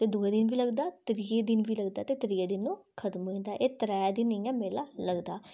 ते दूए दिन बी लगदा त्रीए दिन बी लगदा ते त्रीए दिन ओह् खत्म होई जंदा ते एह् त्रैऽ दिन मेला लगदा